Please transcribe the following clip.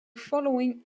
following